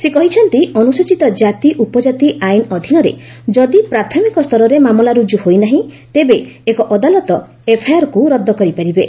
ସେ କହିଛନ୍ତି ଅନୁସୂଚିତ କ୍ଷାତି ଉପଜାତି ଆଇନ ଅଧୀନରେ ଯଦି ପ୍ରାଥମିକ ସ୍ତରରେ ମାମଲା ରୁଜୁ ହୋଇନାହିଁ ତେବେ ଏକ ଅଦାଲତ ଏଫ୍ଆଇଆର୍କୁ ରଦ୍ଦ କରିପାରିବେ